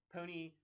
Pony